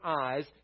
eyes